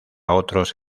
otros